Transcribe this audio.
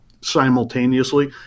simultaneously